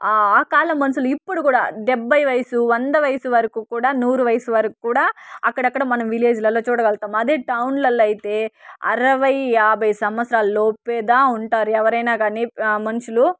ఆ ఆ కాలం మనుషులు ఇప్పుడు కూడా డెబ్భై వయసు వంద వయసు వరకు కూడా నూరు వయసు వరకు కూడా అక్కడక్కడ మనం విలేజ్లలో చూడగలుగుతాం అదే టౌన్లలో అయితే అరవై యాభై సంవత్సరాలలో పేదా ఉంటారు ఎవరైనా కానీ మనుషులు